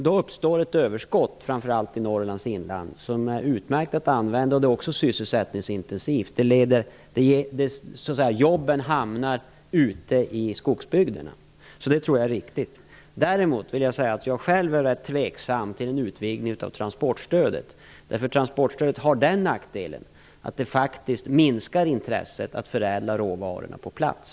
Då uppstår ett överskott, framför allt i Norrlands inland, som är utmärkt att använda och dessutom sysselsättningsintensivt. Jobben hamnar ute i skogsbygderna, och det tror jag är riktigt. Däremot är jag själv rätt tveksam till en utvidgning av transportstödet, därför att transportstödet har nackdelen att det faktiskt minskar intresset för att förädla råvarorna på plats.